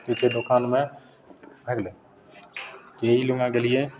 ओकरे दोकानमे भए गेलै जे ई लग गेलिए